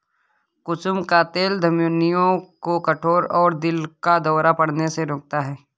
कुसुम का तेल धमनियों को कठोर और दिल का दौरा पड़ने से रोकता है